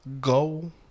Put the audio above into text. Go